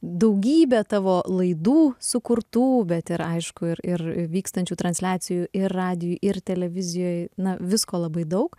daugybę tavo laidų sukurtų bet ir aišku ir ir vykstančių transliacijų ir radijuj ir televizijoj na visko labai daug